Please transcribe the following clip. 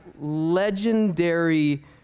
legendary